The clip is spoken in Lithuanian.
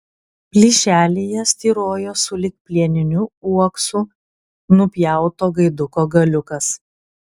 plyšelyje styrojo sulig plieniniu uoksu nupjauto gaiduko galiukas